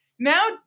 Now